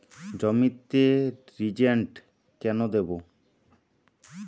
জমিতে রিজেন্ট কেন দেবো?